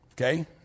Okay